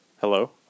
Hello